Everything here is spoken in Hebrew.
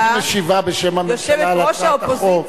גברתי משיבה בשם הממשלה על הצעת החוק.